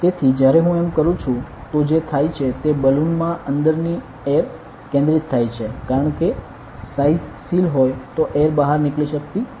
તેથી જ્યારે હું એમ કરું છું તો જે થાય છે તે બલૂન માં અંદરની એર કેન્દ્રીત થાય છે કારણ કે સાઇઝ સીલ હોય તો એર બહાર નીકળી શકતી નથી